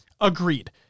Agreed